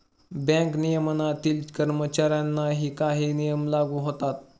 bank नियमनातील कर्मचाऱ्यांनाही काही नियम लागू होतात